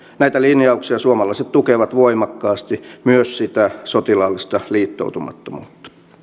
näitä linjauksia suomalaiset tukevat voimakkaasti myös sitä sotilaallista liittoutumattomuutta